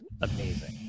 amazing